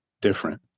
different